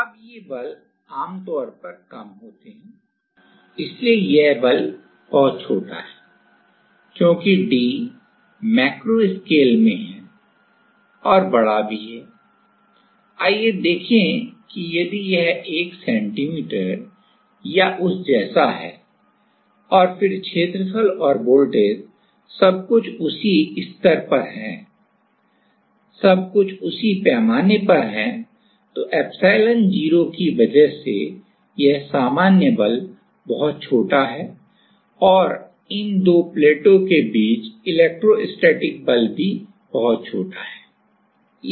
अब ये बल आमतौर पर कम होते हैं इसलिए यह बल बहुत छोटा है क्योंकि d मैक्रो स्केल में है और बड़ा भी है आइए देखें कि यदि यह 1 सेंटीमीटर या उस जैसा है और फिर क्षेत्रफल और वोल्टेज सब कुछ उसी स्तर पर है सब कुछ उसी पैमाने पर है तो एप्सिलॉन0 की वजह से यह सामान्य बल बहुत छोटा है और इन 2 प्लेटों के बीच इलेक्ट्रोस्टैटिक बल भी बहुत छोटा है